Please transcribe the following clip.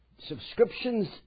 subscriptions